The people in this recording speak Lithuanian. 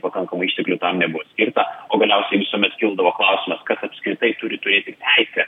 pakankamai išteklių tam nebuvo skirta o galiausiai visuomet kildavo klausimas kas apskritai turi turėti teisę